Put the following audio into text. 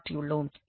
எனவே 2v∂x∂y